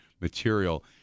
material